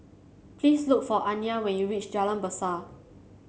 please look for Aniya when you reach Jalan Besar